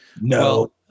no